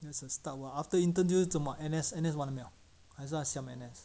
that's a start lah after intern 就是做什么 N_S N_S 完了没有 unless 他 siam N_S